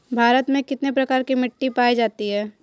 भारत में कितने प्रकार की मिट्टी पाई जाती हैं?